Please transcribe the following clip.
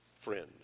friend